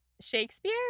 Shakespeare